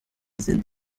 sind